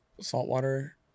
saltwater